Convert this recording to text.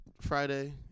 Friday